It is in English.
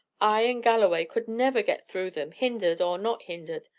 i and galloway could never get through them, hindered or not hindered.